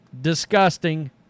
disgusting